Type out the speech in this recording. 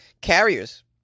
carriers